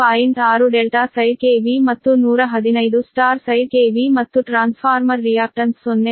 6 ∆ side KV ಮತ್ತು 115 Y side KV ಮತ್ತು transformer reactance 0